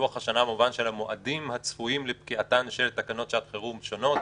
לוח השנה במובן של המועדים הצפויים לפקיעתן של תקנות שעת חירום שונות